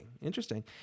Interesting